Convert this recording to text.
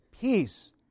peace